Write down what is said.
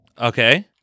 Okay